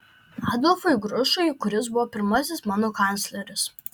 adolfui grušui kuris buvo pirmasis mano kancleris